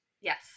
Yes